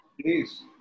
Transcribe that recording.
Please